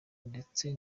ndetse